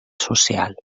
social